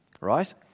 Right